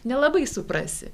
nelabai suprasi